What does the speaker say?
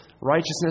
righteousness